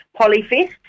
Polyfest